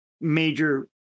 major